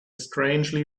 strangely